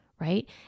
right